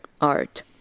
art